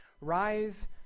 rise